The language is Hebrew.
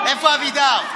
איפה אבידר?